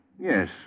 Yes